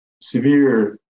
severe